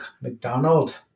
McDonald